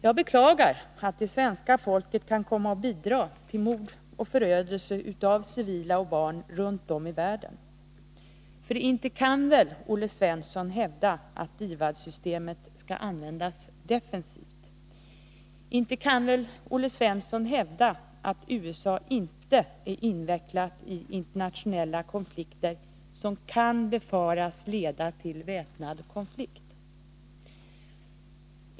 Jag beklagar att det svenska folket kan komma att bidra till mord och förödelse av civila och barn runt om i världen. För inte kan väl Olle Svensson hävda att DIVAD-systemet skall användas defensivt? Inte kan väl Olle Svensson hävda att USA inte är invecklat i internationella konflikter som kan befaras leda till väpnad konflikt?